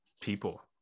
people